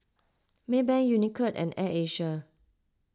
Maybank Unicurd and Air Asia